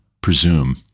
presume